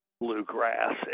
Bluegrass